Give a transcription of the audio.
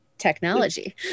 technology